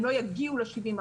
הם לא יגיעו ל-70%,